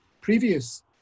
previous